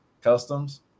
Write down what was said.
customs